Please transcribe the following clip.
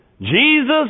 Jesus